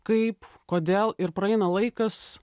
kaip kodėl ir praeina laikas